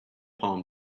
palm